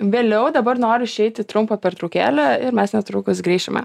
vėliau dabar noriu išeiti į trumpą pertraukėlę ir mes netrukus grįšime